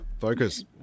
focus